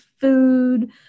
food